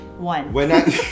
one